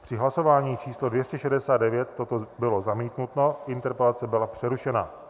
Při hlasování číslo 269 toto bylo zamítnuto, interpelace byla přerušena.